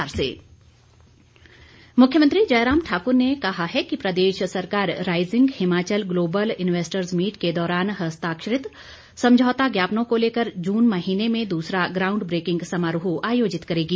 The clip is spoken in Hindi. मुख्यमंत्री मुख्यमंत्री जयराम ठाकुर ने कहा है कि प्रदेश सरकार rising Himachal global investors meet के दौरान हस्ताक्षरित समझौता ज्ञापनों को लेकर जून महीने में दूसरा ग्राउंड ब्रेकिंग समारोह आयोजित करेगी